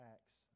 Acts